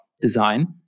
design